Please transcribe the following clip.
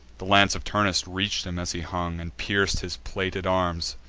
the lance of turnus reach'd him as he hung, and pierc'd his plated arms,